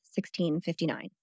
1659